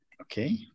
Okay